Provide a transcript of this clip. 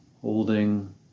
holding